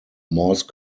morse